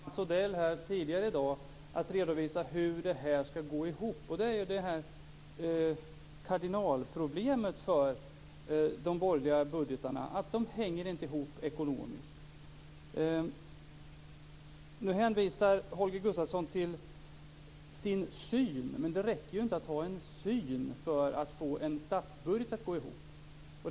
Fru talman! Holger Gustafsson har samma problem som Mats Odell hade tidigare i dag att redovisa hur det här skall gå ihop. Det är kardinalproblemet med de borgerliga budgetarna att de inte hänger ihop ekonomiskt. Nu hänvisar Holger Gustafsson till sin syn, men det räcker inte att ha en syn för att få en statsbudget att gå ihop.